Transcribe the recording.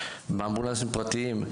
באמבולנסים פרטיים,